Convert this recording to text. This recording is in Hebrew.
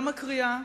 גם הקריאה,